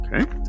okay